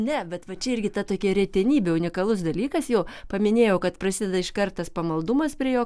ne bet va čia irgi ta tokia retenybė unikalus dalykas jo paminėjau kad prasideda iškart tas pamaldumas prie jo